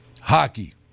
hockey